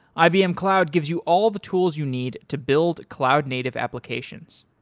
ibm cloud gives you all the tools you need to build cloud-native applications.